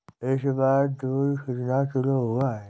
इस बार दूध कितना किलो हुआ है?